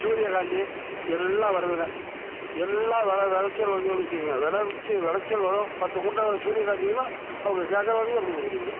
சூரியகாந்தி எல்லாம் வருதுங்க எல்லாம் வெள விளைச்சல் வந்துச்சுன்னு வைச்சுக்கங்க விலைக்கு விளைச்சல் வரும் பத்து மூட்டை சூரியகாந்தின்னால் அவங்க கேட்குற விலைக்கு கொடுக்க முடியுங்க